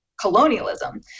colonialism